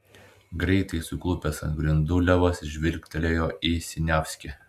greitai suklupęs ant grindų levas žvilgtelėjo į siniavskį